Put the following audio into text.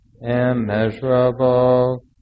immeasurable